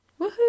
Woohoo